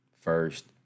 first